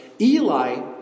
Eli